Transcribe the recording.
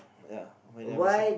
ya Marina Bay Sands